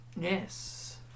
Yes